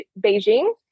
Beijing